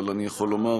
אבל אני יכול לומר